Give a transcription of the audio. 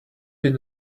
been